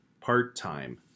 part-time